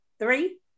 three